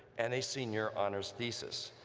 and a senior honors thesis,